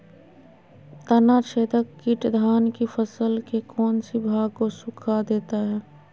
तनाछदेक किट धान की फसल के कौन सी भाग को सुखा देता है?